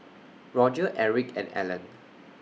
Roger Erick and Ellen